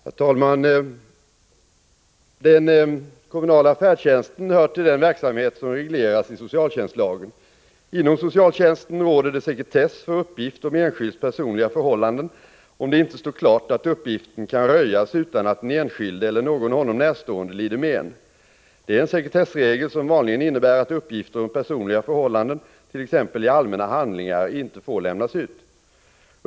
Herr talman! Den kommunala färdtjänsten hör till den verksamhet som regleras i socialtjänstlagen. Inom socialtjänsten råder det sekretess för uppgift om enskilds personliga förhållanden, om det inte står klart att uppgiften kan röjas utan att den enskilde eller någon honom närstående lider men. Det är en sekretessregel som vanligen innebär att uppgifter om personliga förhållanden, t.ex. i allmänna handlingar, inte får lämnas ut.